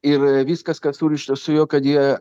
ir viskas kas surišta su juo kad jie